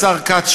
השר כץ,